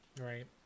Right